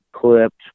clipped